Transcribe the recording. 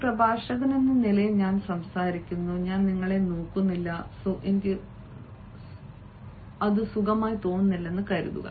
ഒരു പ്രഭാഷകനെന്ന നിലയിൽ ഞാൻ സംസാരിക്കുന്നു ഞാൻ നിങ്ങളെ നോക്കുന്നില്ല സുഖമില്ലെന്ന് കരുതുക